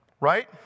right